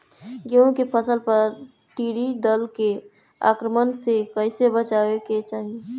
गेहुँ के फसल पर टिड्डी दल के आक्रमण से कईसे बचावे के चाही?